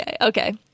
Okay